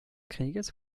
krieges